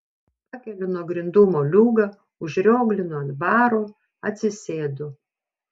pakeliu nuo grindų moliūgą užrioglinu ant baro atsisėdu